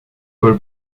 pole